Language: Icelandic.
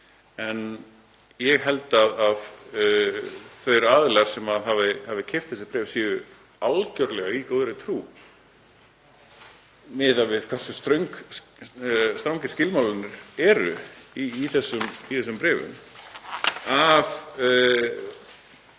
En ég held að þeir aðilar sem hafa keypt þessi bréf séu algjörlega í góðri trú miðað við hversu strangir skilmálarnir eru í þessum bréfum og hafi